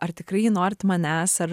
ar tikrai norit manęs ar